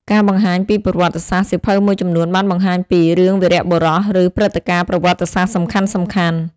ការបង្ហាញពីប្រវត្តិសាស្ត្រ សៀវភៅមួយចំនួនបានបង្ហាញពី រឿងវីរបុរស ឬ ព្រឹត្តិការណ៍ប្រវត្តិសាស្ត្រ សំខាន់ៗ។